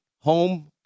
home